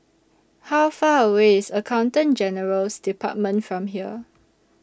How Far away IS Accountant General's department from here